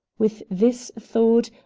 with this thought,